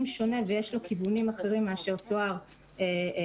שונה ויש לו כיונים אחרים מאשר תואר במכללות.